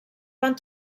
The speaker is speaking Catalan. van